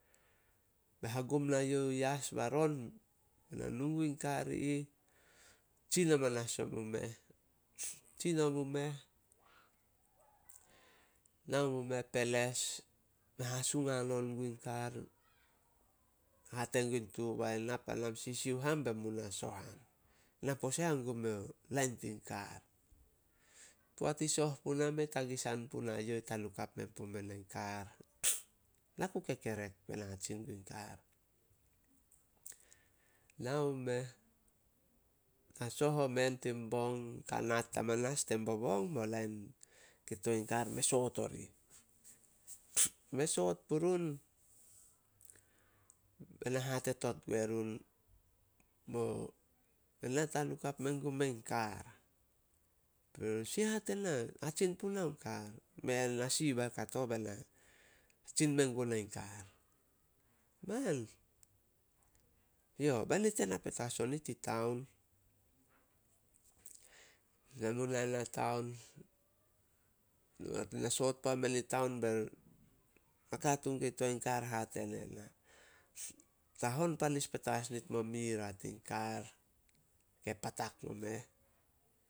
Me hagum nai youh yas baron. Be na nu gun kar i ih, tsin amanas omu meh. Tsin omu meh, nao mu meh peles, me hasung hanon guin kar. Hate gun tu boai, "Na panam, na sisiuh am be mu soh am. Na pose ao lain tin kar." Poat i soh puna, mei tagisan punai youh tanukap me pume na in kar. Na ku kekerek bai na hatsin guin kar. Nao meh, na soh omen tin bong. Kanat amanas tin bobong bao lain ke to din kar me soot orih. Me soot purun, be na hate tot gue run. "Ena tanukap men gume kar." Be run, "Si hate na hatsin punao in kar." "Mei ah, nasi ba kato be na tsin megunai kar." "Man, yo bai nit e na petas onit i taon." Men mu na nah i taon, na soot puamen i taon, bai nakatuun kei to in kar hate ne na, "Ta hon panis petas nit mo mira tin kar, ke patak o meh."